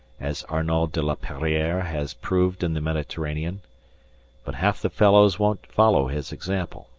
as arnauld de la perriere has proved in the mediterranean but half the fellows won't follow his example,